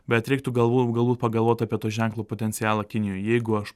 bet reiktų galvų galbūt pagalvot apie to ženklo potencialą kinijoj jeigu aš